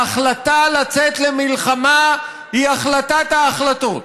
ההחלטה לצאת למלחמה היא החלטת ההחלטות.